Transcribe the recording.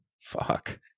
Fuck